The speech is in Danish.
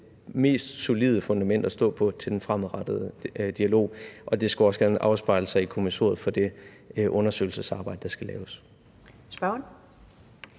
mest solide fundament at stå på i den fremadrettede dialog. Og det skulle også gerne afspejle sig i kommissoriet for det undersøgelsesarbejde, der skal laves.